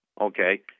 okay